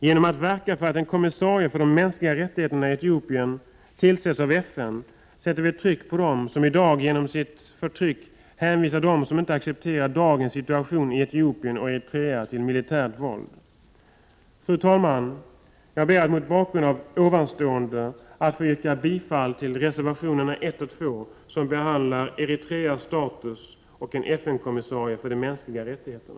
Genom att verka för att en kommissarie för de mänskliga rättigheterna i Etiopien tillsätts av FN sätter vi ett tryck på dem som i dag genom sitt förtryck hänvisar dem som inte accepterar dagens situation i Etiopien och Eritrea till militärt våld. Fru talman! Jag ber att mot bakgrund av detta få yrka bifall till reservationerna 1 och 2, som behandlar Eritreas status och en FN kommissarie för de mänskliga rättigheterna.